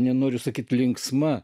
nenoriu sakyti linksma